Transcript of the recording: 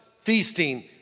feasting